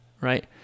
right